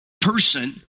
person